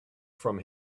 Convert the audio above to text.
from